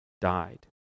died